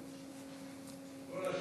בוודאי